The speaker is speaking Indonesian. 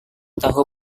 tahu